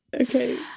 Okay